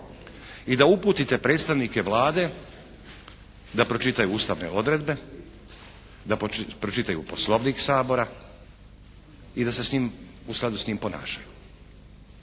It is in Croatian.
i da uputite predstavnike Vlade da pročitaju Ustavne odredbe, da pročitaju Poslovnik Sabora i da se u skladu s njim ponašaju